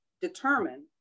determine